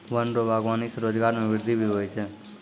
वन रो वागबानी से रोजगार मे वृद्धि भी हुवै छै